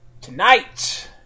Tonight